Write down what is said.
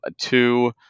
two